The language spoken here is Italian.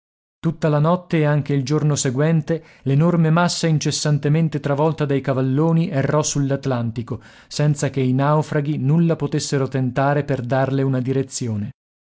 tutta la notte e anche il giorno seguente l'enorme massa incessantemente travolta dai cavalloni errò sull'atlantico senza che i naufraghi nulla potessero tentare per darle una direzione